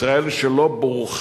ישראל, שלא בורכה